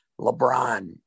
LeBron